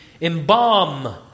embalm